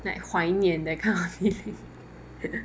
like 怀念 the kind of feeling